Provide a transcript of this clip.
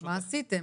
מה עשיתם?